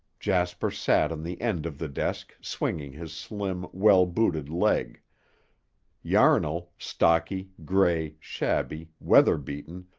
jasper sat on the end of the desk, swinging his slim, well-booted leg yarnall, stocky, gray, shabby, weather-beaten,